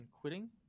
quitting